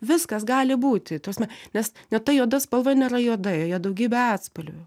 viskas gali būti ta prasme nes net ta juoda spalva nėra juoda joje daugybė atspalvių